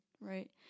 right